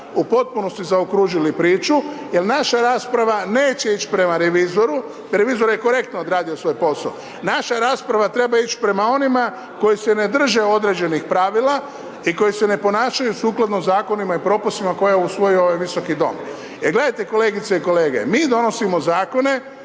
u potpunosti zaokružili priču jel naša rasprava neće ić prema revizoru, revizor je korektno odradio svoj posao, naša rasprava treba ić prema onima koji se ne drže određenih pravila i koji se ne ponašaju sukladno zakonima i propisima koje je usvojio ovaj Visoki dom. Jel gledajte kolegice i kolege, mi donosimo zakone,